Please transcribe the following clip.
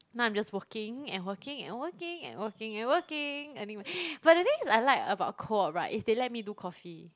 now I'm just working and working and working and working and working anyway but the thing is I like about co-op right is they let me do coffee